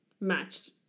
matched